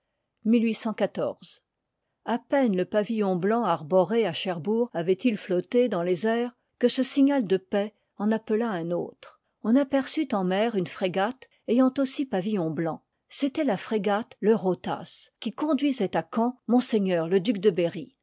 a peine le pavillon blanc arboré à cher iibourg avoit-il flotté dans les airs que ce signal de paix en appela un autre on aperçut en mer une frégate ayant aussi pavillon blanc c'étoit la frégate veurotas qui conduisoit à caen m le duc de berry